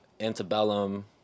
antebellum